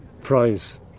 prize